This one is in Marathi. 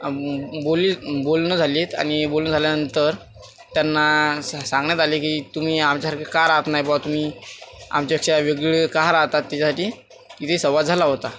बोलणी बोलणं झालीत आणि बोलणं झाल्यानंतर त्यांना सां सांगण्यात आले की तुम्ही आमच्यासारखे का राहत नाही बुवा तुम्ही आमच्यापेक्षा वेगळे का राहतात त्याच्यासाठी इथे संवाद झाला होता